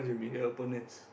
your opponents